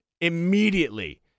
immediately